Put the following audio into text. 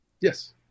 Yes